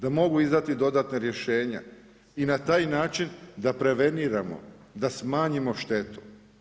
Da mogu izdati dodatna rješenja i na taj način da preveniramo da smanjimo štetu.